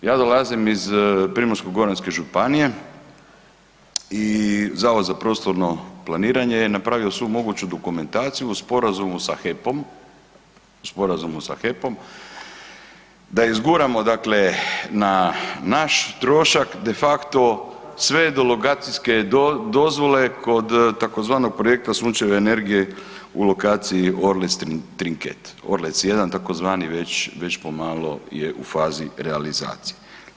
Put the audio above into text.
Ja dolazim iz Primorsko-goranske županije i Zavod za prostorno planiranje je napravio svu moguću dokumentaciju u sporazumu sa HEP-om, u sporazumu sa HEP-om da izguramo dakle na naš trošak de facto sve dologacijske dozvole kod tzv. projekta sunčeve energije u lokaciji Orlec Trinket, Orlce 1 tzv. već, već pomalo je u fazi realizacije.